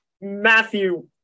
Matthew